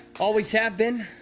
always have been.